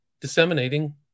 disseminating